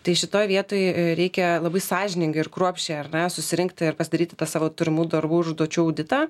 tai šitoj vietoj reikia labai sąžiningai ir kruopščiai ar ne susirinkti ir pasidaryti tą savo turimų darbų užduočių auditą